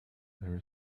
there